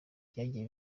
byagiye